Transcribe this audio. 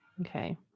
Okay